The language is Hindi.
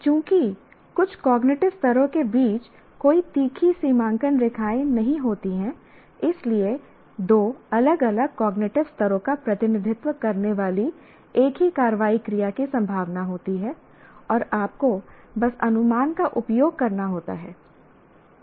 चूँकि कुछ कॉग्निटिव स्तरों के बीच कोई तीखी सीमांकन रेखाएँ नहीं होती हैं इसलिए 2 अलग अलग कॉग्निटिव स्तरों का प्रतिनिधित्व करने वाली 1 ही कार्रवाई क्रिया की संभावना होती है और आपको बस अनुमान का उपयोग करना होता है